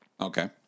Okay